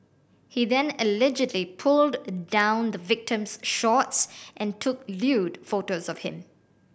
he then allegedly pulled down the victim's shorts and took lewd photos of him